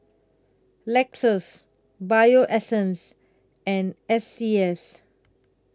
Lexus Bio Essence and S C S